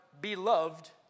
beloved